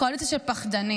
קואליציה של פחדנים,